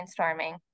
brainstorming